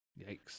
Yikes